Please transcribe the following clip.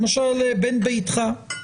למשל בן ביתך.